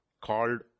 called